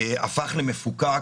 הפך למפוקק